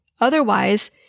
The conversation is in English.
Otherwise